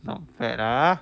not bad ah